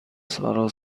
سارا